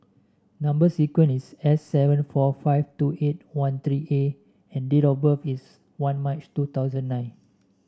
number sequence is S seven four five two eight one three A and date of birth is one March two thousand nine